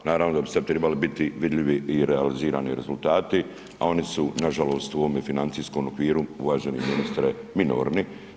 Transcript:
Naravno da bi sad trebali biti vidljivi i realizirani rezultati, a oni su nažalost u ovome financijskom okviru uvaženi ministre minorni.